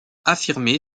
affirmé